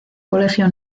colegio